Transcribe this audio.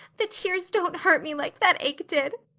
the tears don't hurt me like that ache did.